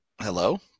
Hello